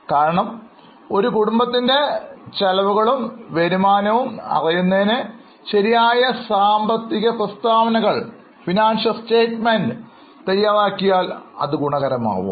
കാരണം ഒരു കുടുംബത്തിൻറെ ചെലവുകളും വരുമാനവും അറിയുന്നതിന് ശരിയായ സാമ്പത്തിക പ്രസ്താവനകൾ തയ്യാറാക്കിയാൽ അത് ഗുണകരമാകും